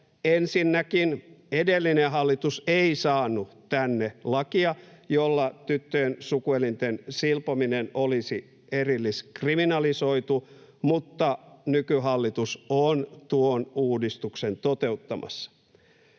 Ensinnäkin edellinen hallitus ei saanut tänne lakia, jolla tyttöjen sukuelinten silpominen olisi erilliskriminalisoitu, mutta nykyhallitus on tuon uudistuksen toteuttamassa.